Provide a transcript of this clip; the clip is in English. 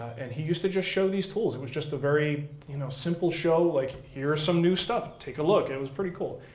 and he used to just show these tools, and it was just a very you know simple show. like here's some new stuff, take a look. it was pretty cool,